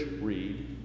read